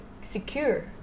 secure